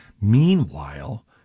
Meanwhile